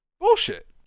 Bullshit